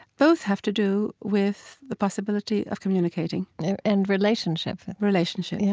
both have to do with the possibility of communicating and relationship relationship, yeah